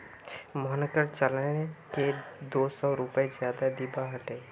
मोहनक चालानेर के दो सौ रुपए ज्यादा दिबा हले